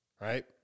Right